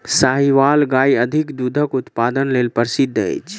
साहीवाल गाय अधिक दूधक उत्पादन लेल प्रसिद्ध अछि